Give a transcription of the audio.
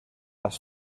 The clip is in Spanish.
las